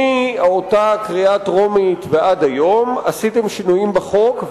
מאותה קריאה טרומית ועד היום עשיתם שינויים בחוק,